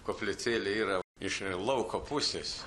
koplytėlė yra iš lauko pusės